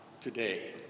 today